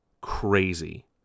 crazy